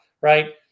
Right